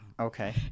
okay